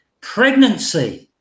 Pregnancy